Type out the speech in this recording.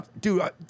dude